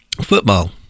football